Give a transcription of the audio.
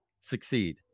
succeed